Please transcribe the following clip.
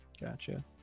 Gotcha